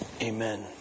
amen